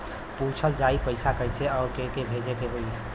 पूछल जाई पइसा कैसे अउर के के भेजे के हौ